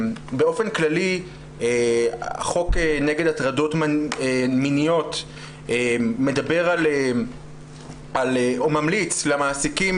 באופן כללי החוק נגד הטרדות מיניות מדבר או ממליץ למעסיקים